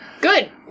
Good